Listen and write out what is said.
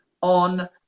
on